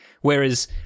Whereas